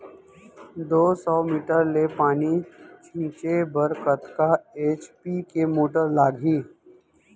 दो सौ मीटर ले पानी छिंचे बर कतका एच.पी के मोटर लागही?